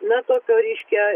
na tokio reiškia